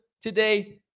today